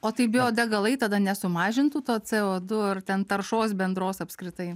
o tai biodegalai tada nesumažintų to c o du ar ten taršos bendros apskritai